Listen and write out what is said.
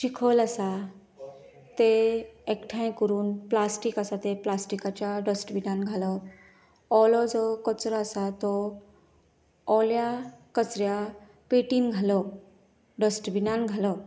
चिखल आसा ते एकठांय करून प्लास्टीक आसा तें प्लास्टीकाच्या डस्टबीनांत घालप ओलो जो कचरो आसा तो ओल्या कचऱ्या पेटीन घालप डस्टबीनान घालप